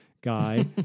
guy